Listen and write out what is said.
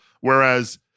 whereas